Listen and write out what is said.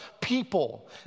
people